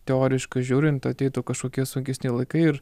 teoriškai žiūrint ateitų kažkokie sunkesni laikai ir